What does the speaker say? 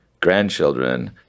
grandchildren